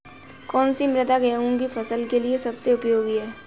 कौन सी मृदा गेहूँ की फसल के लिए सबसे उपयोगी है?